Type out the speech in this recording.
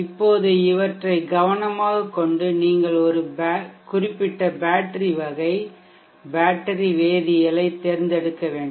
இப்போது இவற்றை கவனமாகக்கொண்டு நீங்கள் ஒரு குறிப்பிட்ட பேட்டரி வகை பேட்டரி வேதியியலைத் தேர்ந்தெடுக்க வேண்டும்